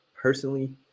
personally